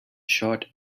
short